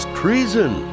treason